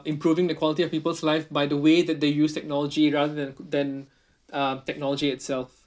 improving the quality of people's life by the way that they use technology rather than than uh technology itself